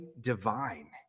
divine